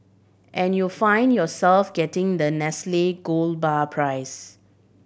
and you find yourself getting the Nestle gold bar prize